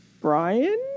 Brian